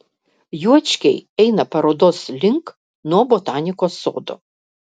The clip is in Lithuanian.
juočkiai eina parodos link nuo botanikos sodo